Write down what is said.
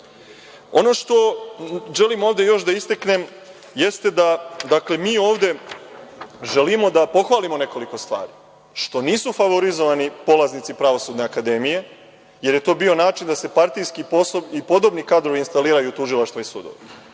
što želim ovde još da istaknem, jeste da, dakle mi ovde želimo da pohvalimo nekoliko stvari, što nisu favorizovani polaznici pravosudne akademije, jer je to bio način da se partijski, posebni i podobni kadrovi instaliraju u tužilaštvo i sudova.